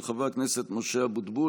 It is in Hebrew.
של חבר הכנסת משה אבוטבול.